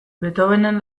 beethovenen